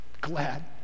glad